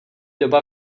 doba